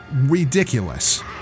ridiculous